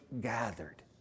gathered